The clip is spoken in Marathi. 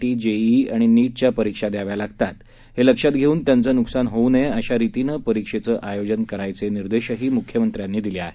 टी जेईई आणि नीट च्या परीक्षा द्याव्या लागतात हे लक्षात घेऊन त्यांचं नुकसान होऊ नये अशा रितीनं परीक्षेचं आयोजन करायचे निर्देशही मुख्यमंत्र्यांनी दिले आहेत